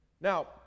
Now